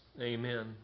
amen